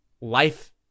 life